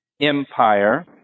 empire